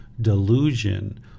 delusion